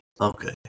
Okay